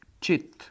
Chit